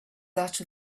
that